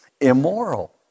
immoral